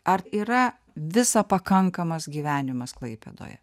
ar yra visa pakankamas gyvenimas klaipėdoje